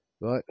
Right